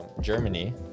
Germany